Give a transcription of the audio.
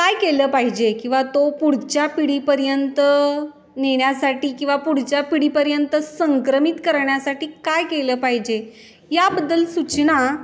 काय केलं पाहिजे किंवा तो पुढच्या पिढीपर्यंत नेण्यासाठी किंवा पुढच्या पिढीपर्यंत संक्रमित करण्यासाठी काय केलं पाहिजे याबद्दल सूचना